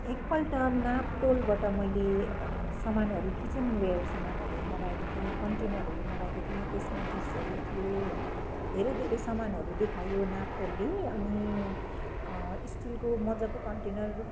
एकपल्ट नापतोलबाट मैले सामानहरू किचनवेयर सामानहरू मगाएको थिएँ कन्टेनरहरू मगाएको थिएँ त्यसमा डिसहरू थियो हो धेरै धेरै सामानहरू देखायो नापतोलले अनि स्टिलको मजाको कन्टेनरहरू